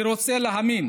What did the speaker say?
אני רוצה להאמין